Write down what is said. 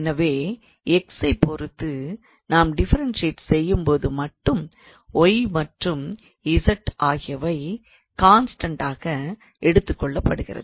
எனவே x ஐ பொறுத்து நாம் டிஃபரன்ஷியேட் செய்யும்போது மட்டும் y மற்றும் z ஆகியவை கான்ஸ்டண்டாக எடுத்துக்கொள்ளப்படுகிறது